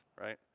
right